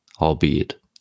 albeit